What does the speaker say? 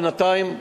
בינתיים,